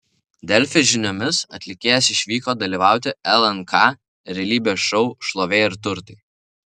delfi žiniomis atlikėjas išvyko dalyvauti lnk realybės šou šlovė ir turtai